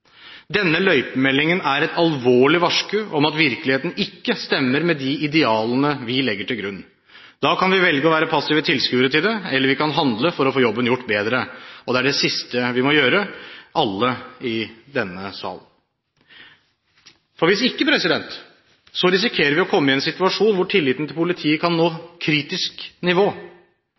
Denne «løypemeldingen» er et alvorlig varsku om at virkeligheten ikke stemmer med de idealene vi legger til grunn. Da kan vi velge å være passive tilskuere til det, eller vi kan handle for å få jobben gjort bedre. Det er det siste vi må gjøre, alle i denne sal. Vi risikerer å komme i en situasjon hvor tilliten til politiet kan nå et kritisk nivå